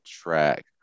track